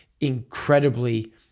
incredibly